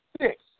six